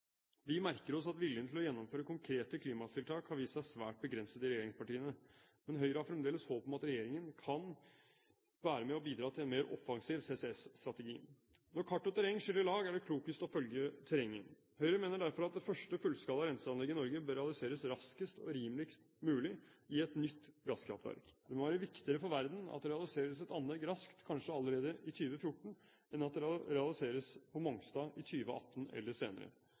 Vi merker oss at viljen til å gjennomføre konkrete klimatiltak har vist seg svært begrenset i regjeringspartiene, men Høyre har fremdeles håp om at regjeringen kan være med og bidra til en mer offensiv CCS-strategi. Når kart og terreng skiller lag, er det klokest å følge terrenget. Høyre mener derfor at det første fullskala renseanlegget i Norge bør realiseres raskest og rimeligst mulig i et nytt gasskraftverk. Det må være viktigere for verden at det realiseres et anlegg raskt – kanskje allerede i 2014 – enn at det realiseres på Mongstad i 2018 eller senere.